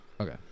Okay